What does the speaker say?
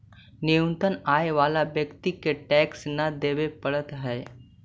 न्यूनतम आय वाला व्यक्ति के टैक्स न देवे पड़ऽ हई